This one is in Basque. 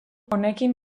honekin